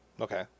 Okay